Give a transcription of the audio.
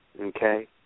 Okay